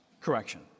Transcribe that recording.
Correction